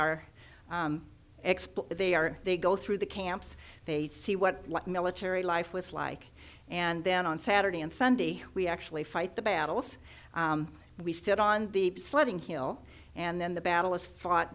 expert they are they go through the camps they see what military life was like and then on saturday and sunday we actually fight the battles and we sit on the sledding hill and then the battle is fought